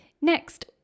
Next